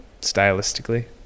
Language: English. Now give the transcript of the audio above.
stylistically